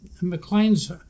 McLean's